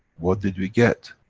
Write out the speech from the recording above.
what did we get?